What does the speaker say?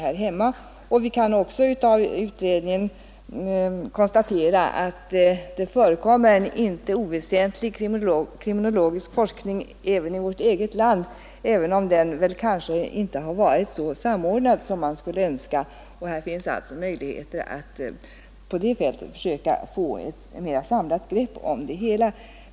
Av utredningen kan vi också konstatera att det förekommer en inte oväsentlig kriminologisk forskning inom vårt eget land, även om den inte varit så samordnad som man skulle önska. På detta fält finns alltså möjligheter att få ett mera samlat grepp om det hela.